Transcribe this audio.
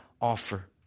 offer